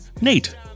Nate